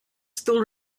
still